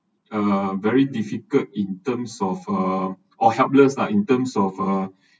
uh very difficult in terms of uh or helpless lah in terms of uh